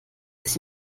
sich